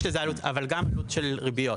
יש לזה עלות, אבל גם עלות של ריביות.